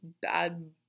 bad